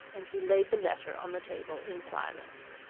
and he laid the letter on the table in silence.